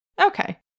Okay